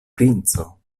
princo